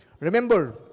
remember